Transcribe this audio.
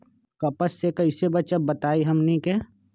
कपस से कईसे बचब बताई हमनी के?